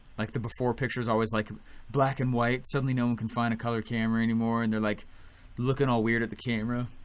like the before pictures always like black and white suddenly no one can find a color camera any more and they're like looking all weird at the camera.